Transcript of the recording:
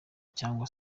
cyangwa